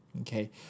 okay